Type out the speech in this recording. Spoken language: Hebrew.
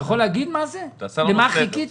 אתה יכול להגיד מה זה, למה חיכיתם?